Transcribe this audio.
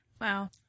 Wow